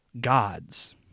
God's